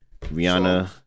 Rihanna